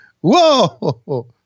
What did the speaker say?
Whoa